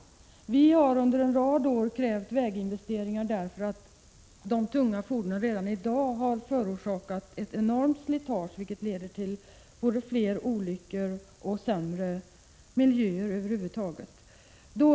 Vi har under en rad år krävt väginvesteringar, eftersom de tunga fordonen redan i dag har förorsakat ett enormt slitage, vilket lett till både fler olyckor och sämre miljö över huvud taget.